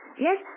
Yes